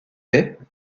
est